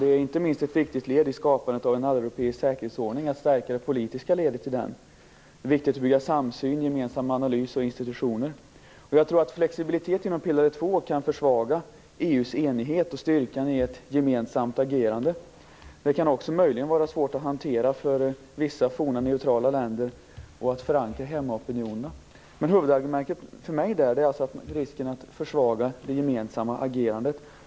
Det är inte minst ett viktigt led i skapandet av en alleuropeisk säkerhetsordning att stärka det politiska ledet i denna. Det är viktigt att vi har en samsyn liksom gemensamma analyser och institutioner. Jag tror att en flexibilitet inom pelare 2 kan försvaga EU:s enighet och styrka när det gäller ett gemensamt agerande. Den kan också möjligen vara svår att hantera för vissa f.d. neutrala länder. Det kan bli svårt att förankra hemmaopinionerna. Men huvudargumentet för mig är risken att försvaga det gemensamma agerandet.